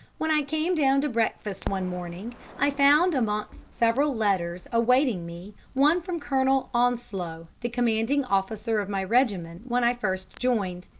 when i came down to breakfast one morning i found amongst several letters awaiting me one from colonel onslow, the commanding officer of my regiment when i first joined.